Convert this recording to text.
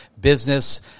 business